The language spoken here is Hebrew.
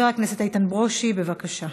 איתן ברושי, בבקשה.